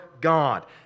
God